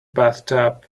bathtub